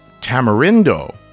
Tamarindo